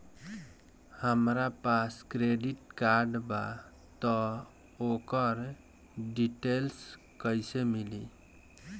हमरा पास credit card बा त ओकर डिटेल्स कइसे मिली?